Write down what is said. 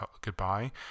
goodbye